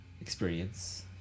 experience